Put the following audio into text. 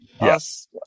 Yes